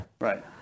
Right